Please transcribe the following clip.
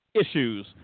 issues